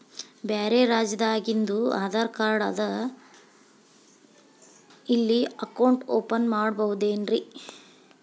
ಬ್ಯಾರೆ ರಾಜ್ಯಾದಾಗಿಂದು ಆಧಾರ್ ಕಾರ್ಡ್ ಅದಾ ಇಲ್ಲಿ ಅಕೌಂಟ್ ಓಪನ್ ಮಾಡಬೋದೇನ್ರಿ?